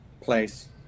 place